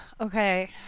Okay